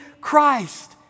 Christ